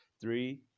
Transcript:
Three